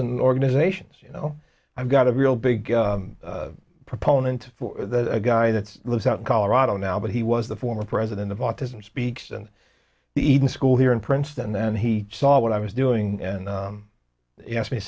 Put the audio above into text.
and organizations you know i've got a real big proponent for a guy that lives out in colorado now but he was the former president of autism speaks and even school here in princeton and then he saw what i was doing and he asked me